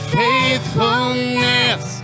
faithfulness